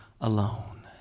alone